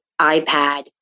iPad